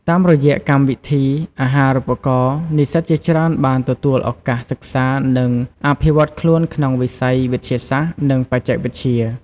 តាមរយៈកម្មវិធីអាហារូបករណ៍ និស្សិតជាច្រើនបានទទួលឱកាសសិក្សានិងអភិវឌ្ឍខ្លួនក្នុងវិស័យវិទ្យាសាស្ត្រ និងបច្ចេកវិទ្យា។